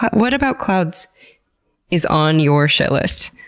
what about clouds is on your shit list?